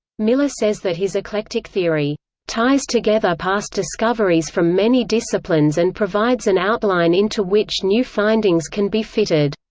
miller says that his eclectic theory ties together past discoveries from many disciplines and provides an outline into which new findings can be fitted